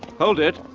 hold it.